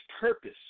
purpose